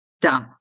Done